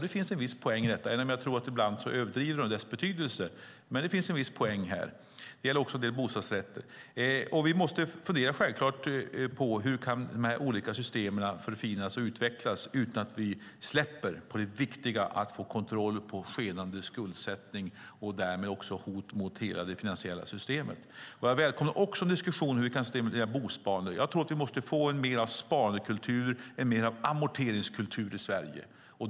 Det finns en viss poäng i det även om jag tror att de ibland överdriver dess betydelse. Det gäller också en del bostadsrätter. Vi måste självklart fundera på hur de olika systemen kan förfinas och utvecklas utan att vi släpper på det viktiga med att få kontroll över skenande skuldsättning och därmed hotet mot hela det finansiella systemet. Jag välkomnar en diskussion om hur vi kan stimulera bosparande. Vi måste få mer av sparandekultur och av amorteringskultur i Sverige.